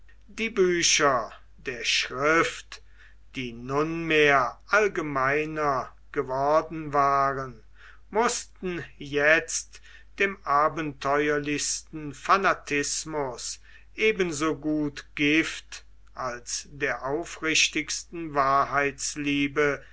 die bücher der schrift die nunmehr allgemeiner geworden waren mußten jetzt dem abenteuerlichsten fanatismus ebenso gut gift als der aufrichtigsten wahrheitsliebe